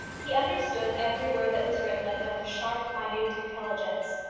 he understood every word that was written of him with sharp, minute intelligence.